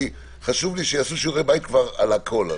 כי חשוב לי שיעשו שיעורי בית כבר על הכול,